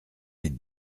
des